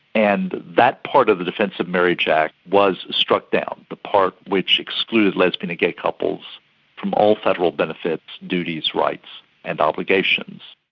and that part of the defence of marriage act was struck down, the part which excluded lesbian and gay couples from all federal benefits, duties, rights and obligations.